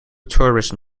tourism